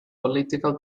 political